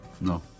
No